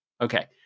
Okay